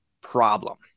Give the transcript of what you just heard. problem